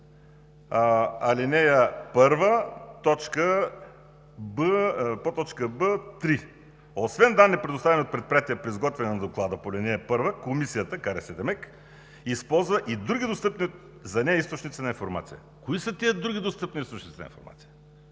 „б“, 3: освен данни, предоставяни от предприятията при изготвяне на доклада по ал. 1, Комисията – КРС демек – използва и други достъпни за нея източници на информация. Кои са тия „други достъпни източници на информация“?